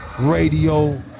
radio